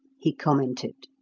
he commented.